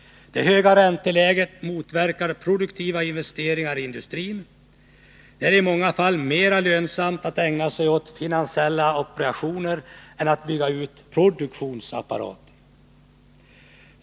Det höga ränteläget motverkar produktiva investeringar i industrin. Det är i många fall mer lönsamt att ägna sig åt finansiella operationer än att bygga ut produktionsapparaten.